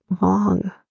long